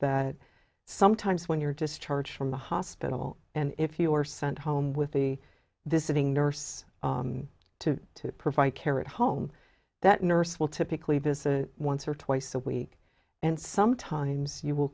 that sometimes when you're discharged from the hospital and if you are sent home with the this sitting nurse to provide care at home that nurse will typically visit once or twice a week and sometimes you will